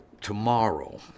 tomorrow